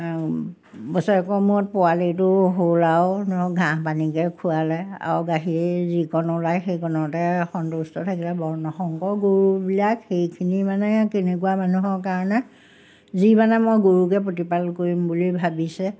বছৰেকৰ মূৰত পোৱালিটো হ'ল আৰু ধৰক ঘাঁহ পানীকে খোৱালৈ আৰু গাখীৰ যিকণ ওলায় সেইকণতে সন্তুষ্ট থাকিলে বৰ্ণসংকৰ গৰুবিলাক সেইখিনি মানে কেনেকুৱা মানুহৰ কাৰণে যি মানে মই গৰুকে প্ৰতিপাল কৰিম বুলি ভাবিছে